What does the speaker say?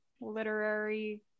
literary